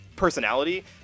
personality